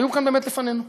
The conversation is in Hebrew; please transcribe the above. היו כאן באמת לפנינו,